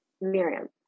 Miriam